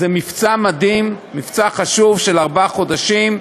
זה מבצע מדהים, מבצע חשוב למשך ארבעה חודשים.